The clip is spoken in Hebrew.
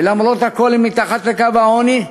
ולמרות הכול הם מתחת לקו העוני,